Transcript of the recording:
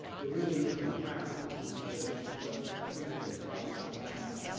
there really is no practical use for this. you should just treat it as applied mathematics.